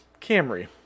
Camry